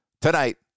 tonight